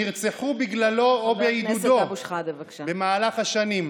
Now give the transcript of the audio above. שנרצחו בגללו או בעידודו במהלך השנים.